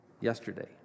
yesterday